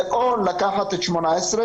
זה או לקחת את 2018,